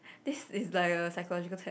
this is like a psychological test